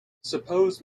suppose